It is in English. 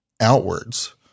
outwards